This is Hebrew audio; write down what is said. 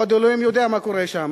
ועוד אלוהים יודע מה קורה שם.